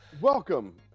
Welcome